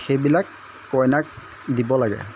সেইবিলাক কইনাক দিব লাগে